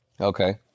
okay